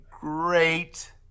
great